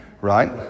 Right